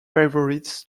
favourites